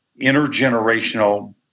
intergenerational